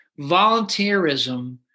volunteerism